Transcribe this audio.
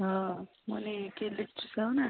ହଁ କିଏ ଦୀପ୍ତି ସାହୁ ନା